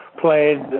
played